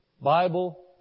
Bible